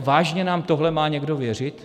Vážně nám tohle má někdo věřit?